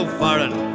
foreign